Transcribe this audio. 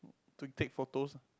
to take photos ah